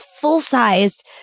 full-sized